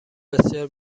بسیار